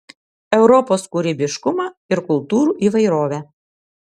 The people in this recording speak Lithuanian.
europos kūrybiškumą ir kultūrų įvairovę